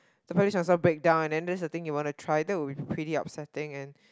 the public transport break down and then that is the thing that you want to try that will be pretty upsetting and